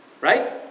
Right